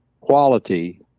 quality